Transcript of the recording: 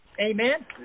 Amen